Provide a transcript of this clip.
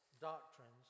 doctrines